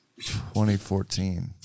2014